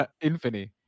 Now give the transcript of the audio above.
Infinite